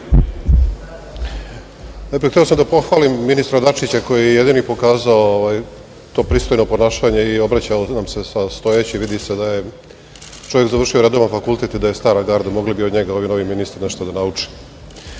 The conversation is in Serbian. da? Hteo sam da pohvalim ministra Dačića koji je jedini pokazao to pristojno ponašanje i obraćao nam se stojeći, vidi se da je čovek završio redovan fakultet i da je stara garda, mogli bi ovi novi ministri nešto da